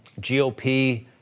GOP